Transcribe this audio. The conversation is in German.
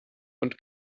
und